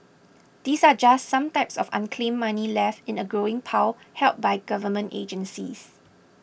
these are just some types of unclaimed money left in a growing pile held by government agencies